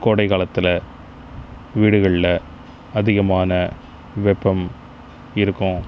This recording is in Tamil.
கோடைகாலத்தில் வீடுகளில் அதிகமான வெப்பம் இருக்கும்